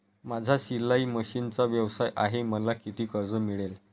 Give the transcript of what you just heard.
माझा शिलाई मशिनचा व्यवसाय आहे मला किती कर्ज मिळेल?